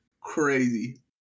crazy